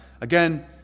again